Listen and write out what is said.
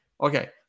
Okay